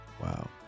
Wow